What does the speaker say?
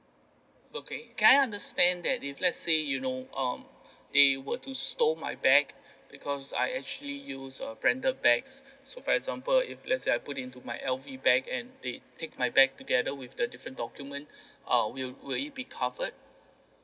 okay can I understand that if let's say you know um they were to stole my bag because I actually use err branded bags so for example if let's say I put into my L_V bag and they take my bag together with the different document uh will will it be covered